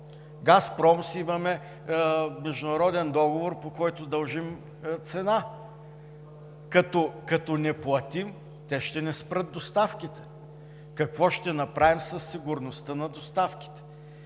Газпром си имаме международен договор, по който дължим цена. Като не платим, те ще ни спрат доставките. Какво ще направим със сигурността на доставките?“